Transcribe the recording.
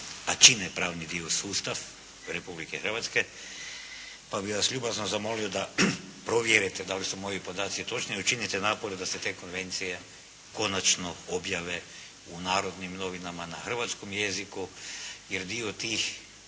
a čine pravni dio sustava Republike Hrvatske. Pa bi vas ljubazno zamolio da provjerite da li su moji podaci točni i učinite napore da se te konvencije konačno objave u "Narodnim novinama" na hrvatskom jeziku jer dio tih